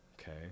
Okay